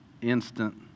instant